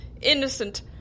innocent